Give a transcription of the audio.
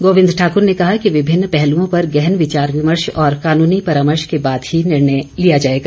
गोविंद ठाकर ने कहा कि विभिन्न पहलुओं पर गहन विचार विमर्श और कानूनी परामर्श के बाद ही निर्णय लिया जाएगा